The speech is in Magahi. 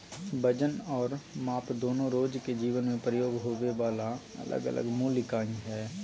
वजन आरो माप दोनो रोज के जीवन मे प्रयोग होबे वला अलग अलग मूल इकाई हय